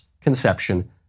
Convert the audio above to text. conception